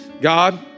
God